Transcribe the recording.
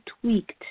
tweaked